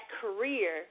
career